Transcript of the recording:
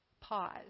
pause